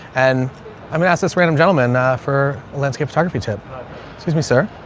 and i'm gonna ask this random gentleman a for landscape photography tip. excuse me, sir.